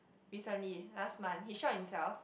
recently last month he shot himself